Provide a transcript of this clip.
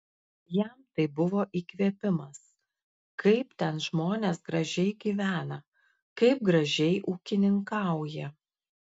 jam tai buvo įkvėpimas kaip ten žmonės gražiai gyvena kaip gražiai ūkininkauja